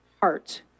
heart